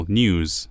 news